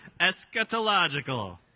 eschatological